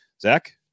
Zach